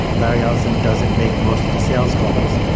larry ellison doesn't make most of the sales calls.